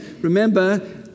Remember